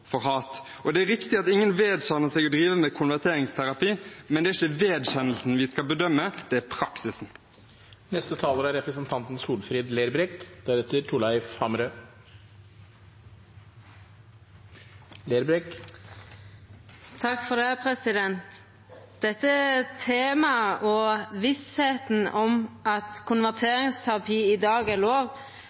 for hat. Det er riktig at ingen vedkjenner seg å drive med konverteringsterapi, men det er ikke vedkjennelsen vi skal bedømme, det er praksisen. Dette temaet og vissa om at konverteringsterapi i dag er lov,